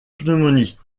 pneumonie